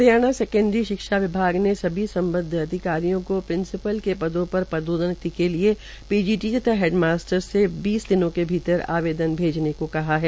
Haryana secondary शिक्षा विभाग ने सभी संमद्व अधिकारियों को प्रिंसिपल के पदों पर पदोन्नति के लिए पीजीटी तथा हेडमास्टर्स से बीस दिनों के भीतर आवेदन भैजने को कहा है